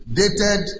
dated